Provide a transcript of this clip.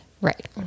Right